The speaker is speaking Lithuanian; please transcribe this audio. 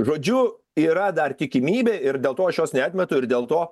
žodžiu yra dar tikimybė ir dėl to aš jos neatmetu ir dėl to